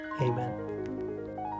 Amen